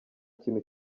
kintu